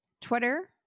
Twitter